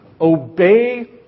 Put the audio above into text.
obey